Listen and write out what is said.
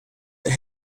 they